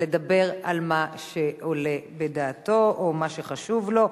ולדבר על מה שעולה בדעתו או מה שחשוב לו,